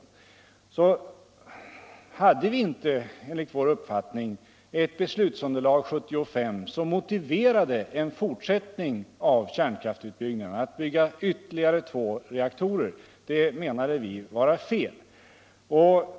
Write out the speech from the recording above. Men enligt folkpartiets uppfattning hade vi inte 1975 ett beslutsunderlag som motiverade en fortsättning av kärnkraftsutbyggnaden, dvs. byggandet av ytterligare två reaktorer. Vi menar att det var fel att besluta om att gå vidare med kärnkraftsutbyggnaden.